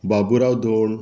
Baburao Dhon